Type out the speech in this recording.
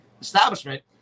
establishment